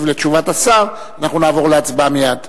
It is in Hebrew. על תשובת השר אנחנו נעבור להצבעה מייד.